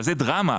זה דרמה.